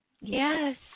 yes